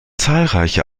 zahlreiche